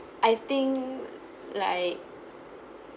I think like